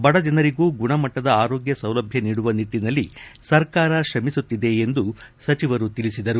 ಬಡಜನರಿಗೂ ಗುಣಮಟ್ಟದ ಆರೋಗ್ಯ ಸೌಲಭ್ಯ ನೀಡುವ ನಿಟ್ಟನಲ್ಲಿ ಸರ್ಕಾರ ತ್ರಮಿಸುತ್ತಿದೆ ಎಂದು ಸಚಿವರು ತಿಳಿಸಿದರು